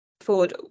forward